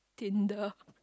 Tinder